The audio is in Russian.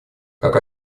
как